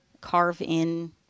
carve-in